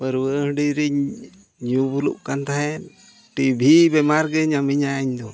ᱯᱟᱹᱨᱣᱟᱹ ᱦᱟᱺᱰᱤ ᱨᱤᱧ ᱧᱩ ᱵᱩᱞᱩᱜ ᱠᱟᱱ ᱛᱟᱦᱮᱸᱫ ᱴᱤᱵᱷᱤ ᱵᱤᱢᱟᱨ ᱜᱮ ᱧᱟᱢᱤᱧᱟ ᱤᱧᱫᱚ